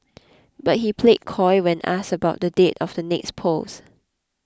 but he played coy when asked about the date of the next polls